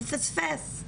הוא פספס,